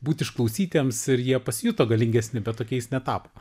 būti išklausytiems ir jie pasijuto galingesni bet tokiais netapo